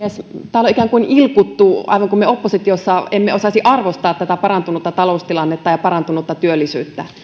täällä on ikään kuin ilkuttu aivan kuin me oppositiossa emme osaisi arvostaa tätä parantunutta taloustilannetta ja parantunutta työllisyyttä